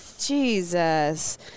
Jesus